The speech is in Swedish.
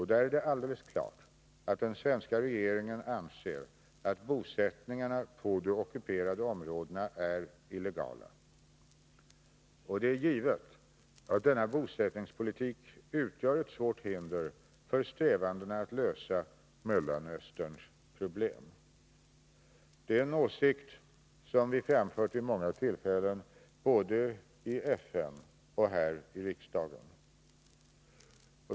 Härvidlag är det alldeles klart att den svenska regeringen anser att bosättningarna på de ockuperade områdena är illegala. Det är givet att denna bosättningspolitik utgör ett svårt hinder för strävandena att lösa Mellanösterns problem. Det är en åsikt som vi har framfört vid många tillfällen både i FN och här i riksdagen.